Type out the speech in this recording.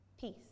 peace